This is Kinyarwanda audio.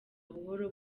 buhoro